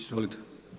Izvolite.